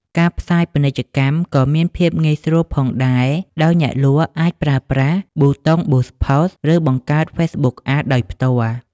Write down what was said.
ការផ្សាយពាណិជ្ជកម្មក៏មានភាពងាយស្រួលផងដែរ ដោយអ្នកលក់អាចប្រើប្រាស់ប៊ូតុង ប៊ូស ផូស Boost Post ឬបង្កើត ហ្វេសប៊ុក អាដ Facebook Ads ដោយផ្ទាល់។